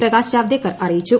പ്രകാശ് ജാവ്ദേക്കർ അറിയിച്ചു